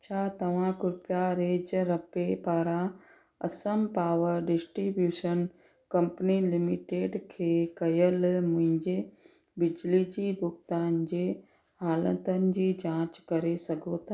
छा तव्हां कृपया रेज़रपे पारां Assam power distribution company limited खे कयलु मुंहिंजे बिजली जी भुगतान जे हालतुनि जी जाच करे सघो था